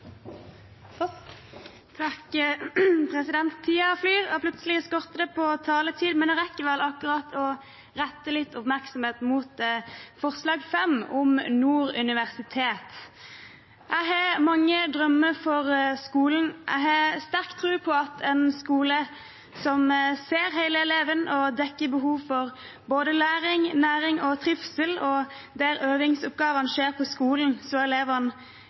flyr, og plutselig skorter det på taletid, men jeg rekker vel å rette litt oppmerksomhet mot forslag nr. 5, om Nord universitet. Jeg har mange drømmer for skolen. Jeg har sterk tro på at en skole som ser hele eleven og dekker behovet for både læring, næring og trivsel, og der øvingsoppgavene skjer på skolen, så elevene